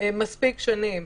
מספיק שנים,